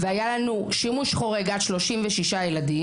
והיה לנו שימוש חורג עד 36 ילדים,